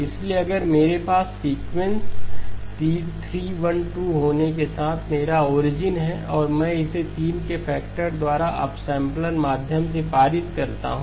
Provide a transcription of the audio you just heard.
इसलिए अगर मेरे पास सीक्वेंस 3 1 2 होने के साथ मेरा ओरिजिन है और मैं इसे 3 के फैक्टर द्वारा अपसैंपलर के माध्यम से पारित करता हूं